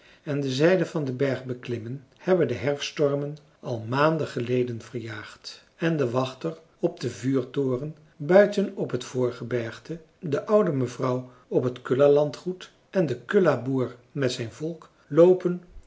en de zijden van den berg beklimmen hebben de herfststormen al maanden geleden verjaagd en de wachter op den vuurtoren buiten op het voorgebergte de oude mevrouw op het kulla landgoed en de kulla boer met zijn volk loopen